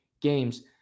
games